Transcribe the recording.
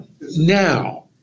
now